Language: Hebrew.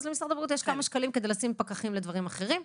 יש לו כמה שקלים כדי לשים פקחים לדברים אחרים.